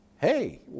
Hey